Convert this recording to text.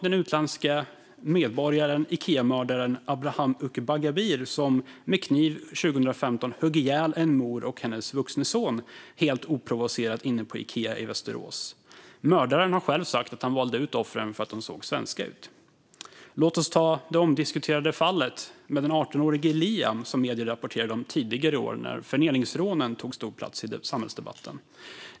Den utländske medborgaren och Ikeamördaren Abraham Ukbagabir högg med kniv ihjäl en mor och hennes vuxne son helt oprovocerat 2015 inne på Ikea i Västerås. Mördaren har själv sagt att han valde ut offren för att de såg svenska ut. Jag kan även nämna det omdiskuterade fallet med den 18-årige Liam, som medierna rapporterade om tidigare i år när förnedringsrånen tog stor plats i samhällsdebatten.